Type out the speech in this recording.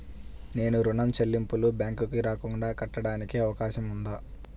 నేను ఋణం చెల్లింపులు బ్యాంకుకి రాకుండా కట్టడానికి అవకాశం ఉందా?